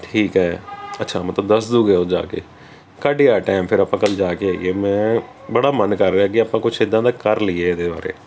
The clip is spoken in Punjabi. ਠੀਕ ਹੈ ਅੱਛਾ ਮਤਲਬ ਦੱਸ ਦੂੰਗੇ ਉਹ ਜਾ ਕੇ ਕੱਢ ਯਾਰ ਟਾਈਮ ਫਿਰ ਆਪਾਂ ਕੱਲ੍ਹ ਜਾ ਕੇ ਆਈਏ ਮੈਂ ਬੜਾ ਮਨ ਕਰ ਰਿਹਾ ਕਿ ਆਪਾਂ ਕੁਛ ਇੱਦਾਂ ਦਾ ਕਰ ਲਈਏ ਇਹਦੇ ਬਾਰੇ